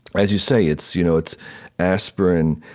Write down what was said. as you say, it's you know it's aspirin,